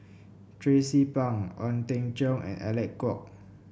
Tracie Pang Ong Teng Cheong and Alec Kuok